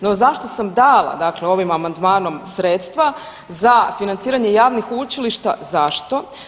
No zašto sam dala, dakle ovim amandmanom sredstva za financiranje javnih učilišta, zašto?